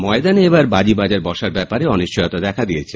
ময়দানে এবার বাজি বাজার বসার ব্যাপারে অনিশ্চয়তা দেখা দিয়েছে